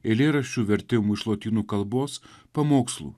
eilėraščių vertimų iš lotynų kalbos pamokslų